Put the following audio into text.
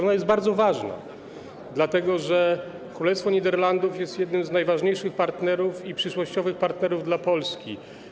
Ona jest bardzo ważna, dlatego że Królestwo Niderlandów jest jednym z najważniejszych i przyszłościowych partnerów dla Polski.